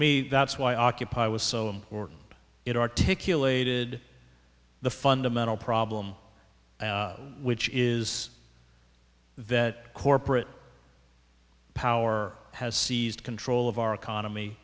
me that's why occupy was so important it articulated the fundamental problem which is that corporate power has seized control of our economy